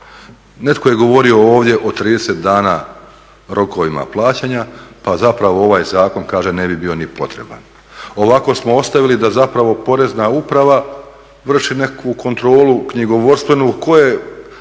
Netko je govorio ovdje o 30 dana rokovima plaćanja pa zapravo ovaj zakon kaže ne bi bio ni potreban. Ovako smo ostavili da zapravo Porezna uprava vrši nekakvu kontrolu knjigovodstvenu tko je